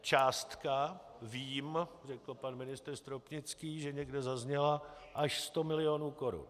Částka, vím, řekl pan ministr Stropnický, že někde zazněla, až 100 mil. korun.